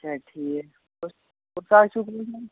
اچھا ٹھیٖک